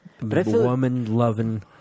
woman-loving